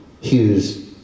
Hughes